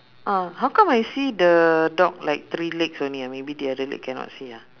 uh how come I see the dog like three legs only ah maybe the other leg cannot see ah